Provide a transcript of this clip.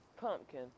Pumpkin